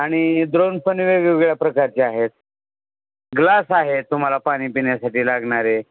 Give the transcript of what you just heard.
आणि द्रोणपण वेगवेगळ्या प्रकारचे आहेत ग्लास आहे तुम्हाला पाणी पिण्यासाठी लागणारे